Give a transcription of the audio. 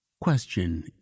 question